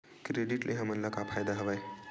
Credit ले हमन ला का फ़ायदा हवय?